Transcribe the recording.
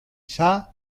shah